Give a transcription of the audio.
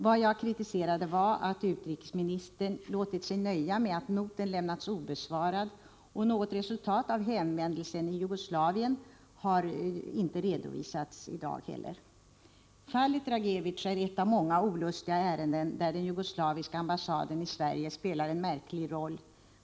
Vad jag kritiserade var att utrikesmi Måndagen den nistern låtit sig nöja med att noten lämnats obesvarad. Något resultat av 10 december 1984 hänvändelsen till Jugoslavien har inte redovisats i dag heller. BR SI peer Fallet Dragicevic är ett av många olustiga ärenden, där den jugoslaviska Om kvarhållande i ambassaden i Sverige spelar en märklig roll.